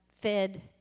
fed